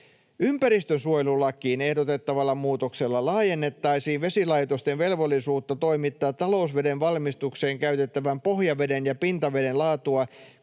Ympäristönsuojelulakiin ehdotettavalla muutoksella laajennettaisiin vesilaitosten velvollisuutta toimittaa talousveden valmistukseen käytettävän pohjaveden ja pintaveden laatua